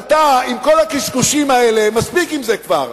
אז אתה, עם כל הקשקושים האלה, מספיק עם זה כבר.